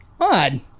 Odd